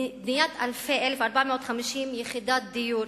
בניית 1,450 יחידות דיור